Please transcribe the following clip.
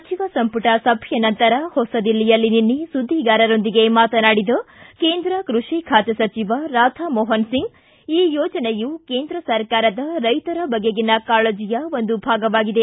ಸಚಿವ ಸಂಪುಟ ಸಭೆಯ ನಂತರ ಹೊಸದಿಲ್ಲಿಯಲ್ಲಿ ನಿನ್ನೆ ಸುದ್ಧಿಗಾರರೊಂದಿಗೆ ಮಾತನಾಡಿದ ಕೇಂದ್ರ ಕೃಷಿ ಖಾತೆ ಸಚಿವ ರಾಧಾ ಮೋಹನ್ ಸಿಂಗ್ ಈ ಯೋಜನೆಯು ಕೇಂದ್ರ ಸರ್ಕಾರದ ರೈತರ ಬಗೆಗಿನ ಕಾಳಜಿಯ ಒಂದು ಭಾಗವಾಗಿದೆ